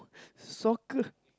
soccer